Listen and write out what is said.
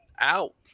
out